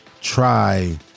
try